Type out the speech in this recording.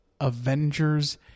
Avengers